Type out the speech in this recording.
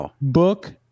book